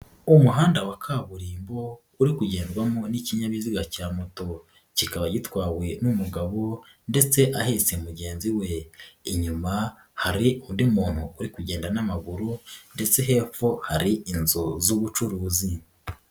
Umuhanda wa kaburimbo uri kugendwamo n'ikinyabiziga cya moto kikaba gitwawe n'umugabo ndetse ahetse mugenzi we, inyuma hari undi muntu uri kugenda n'amaguru ndetse hepfo hari inzu z'ubucuruzi.